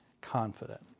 confident